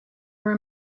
were